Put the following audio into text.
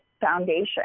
foundation